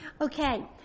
Okay